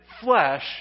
flesh